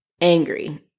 angry